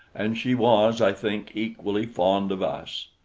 and she was, i think, equally fond of us.